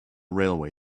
railway